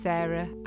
Sarah